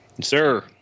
sir